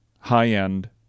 high-end